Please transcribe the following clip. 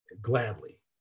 gladly